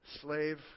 slave